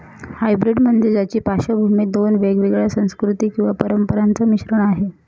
hybrid म्हणजे ज्याची पार्श्वभूमी दोन वेगवेगळ्या संस्कृती किंवा परंपरांचा मिश्रण आहे